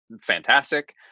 fantastic